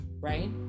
Right